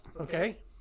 Okay